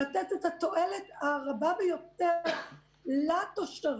לתת את התועלת הגדולה ביותר לתושבים,